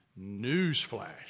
Newsflash